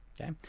okay